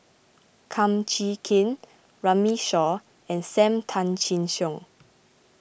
Kum Chee Kin Runme Shaw and Sam Tan Chin Siong